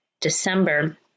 December